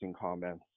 comments